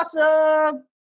awesome